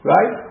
Right